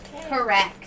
Correct